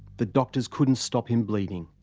the doctors couldn't stop him bleeding.